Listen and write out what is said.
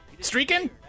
Streaking